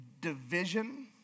division